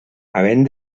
havent